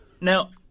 now